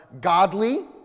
godly